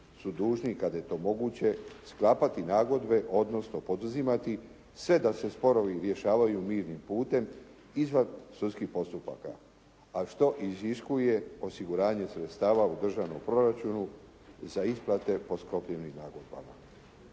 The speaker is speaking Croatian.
su dužni kada je to moguće sklapati nagodbe, odnosno poduzimati sve da se sporovi rješavaju mirnim putem izvan sudskih postupaka, a što iziskuje osiguranje sredstava u državnom proračunu za isplate po sklopljenim nagodbama.